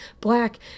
Black